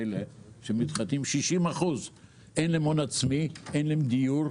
מתוכם, ל-60% אין הון עצמי, אין דיור,